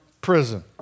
prison